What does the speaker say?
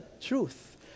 truth